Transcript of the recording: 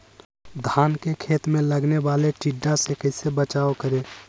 धान के खेत मे लगने वाले टिड्डा से कैसे बचाओ करें?